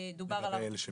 דובר על --- לגבי אלה שפה?